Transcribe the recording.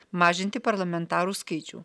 mažinti parlamentarų skaičių